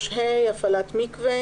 3ה, הפעלת מקווה